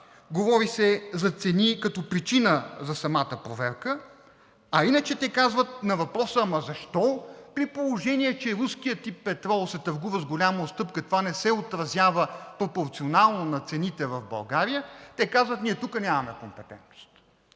говори се за цени като причина за самата проверка, а иначе те казват на въпроса: защо, при положение че руският тип петрол се търгува с голяма отстъпка, това не се отразява пропорционално на цените в България? Те казват: ние тук нямаме компетентност?!